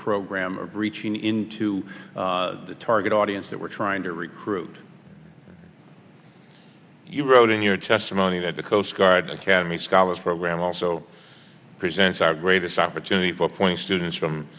program reaching into the target audience that we're trying to recruit you wrote in your testimony that the coast guard academy scholars program also presents our greatest opportunity for students from